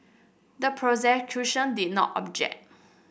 the prosecution did not object